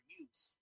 use